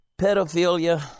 pedophilia